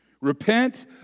Repent